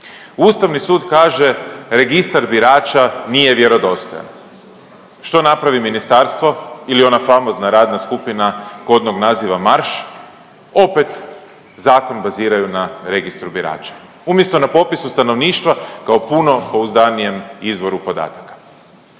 Ustavni sud kaže Registar birača nije vjerodostojan. Što napravi ministarstvo ili ona famozna radna skupina kodnog naziva Marš opet zakon baziraju na Registru birača umjesto na popisu stanovništva kao puno pouzdanijem izvoru podataka.